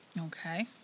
Okay